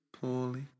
poorly